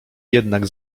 jednak